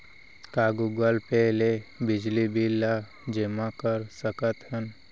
का Google Pay ले बिजली बिल ल जेमा कर सकथन?